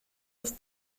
auf